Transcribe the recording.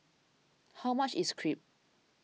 how much is Crepe